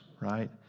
right